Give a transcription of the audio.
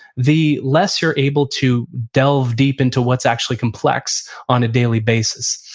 the less you're able to delve deep into what's actually complex on a daily basis.